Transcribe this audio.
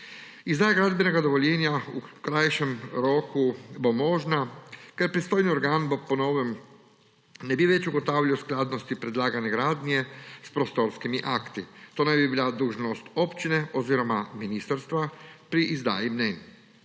Izdaja gradbenega dovoljenja v krajšem roku bo možna, ker pristojni organ po novem ne bi več ugotavljal skladnosti predlagane gradnje s prostorskimi akti. To naj bi bila dolžnost občine oziroma ministrstva pri izdaji mnenj.